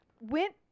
went